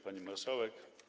Pani Marszałek!